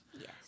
yes